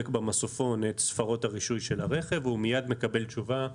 את ספרות הרישוי של הרכב והוא מיד מקבל תשובה.